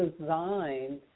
designed